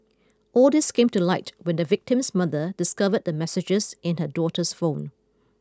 all these came to light when the victim's mother discovered the messages in her daughter's phone